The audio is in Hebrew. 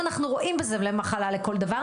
גדולה: